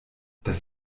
das